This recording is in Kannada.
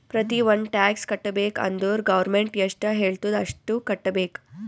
ಪ್ರತಿ ಒಂದ್ ಟ್ಯಾಕ್ಸ್ ಕಟ್ಟಬೇಕ್ ಅಂದುರ್ ಗೌರ್ಮೆಂಟ್ ಎಷ್ಟ ಹೆಳ್ತುದ್ ಅಷ್ಟು ಕಟ್ಟಬೇಕ್